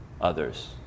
others